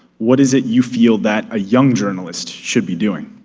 what is it you feel that a young journalist should be doing?